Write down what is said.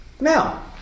now